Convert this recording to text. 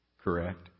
correct